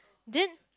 then